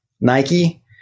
Nike